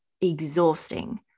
exhausting